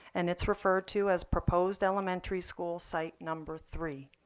and it's referred to as proposed elementary school site number three.